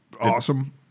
awesome